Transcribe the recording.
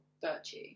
virtue